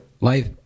Life